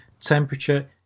temperature